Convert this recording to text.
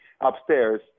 upstairs